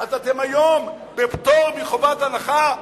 אז אתם היום בפטור מחובת הנחה.